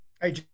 Hey